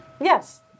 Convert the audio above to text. Yes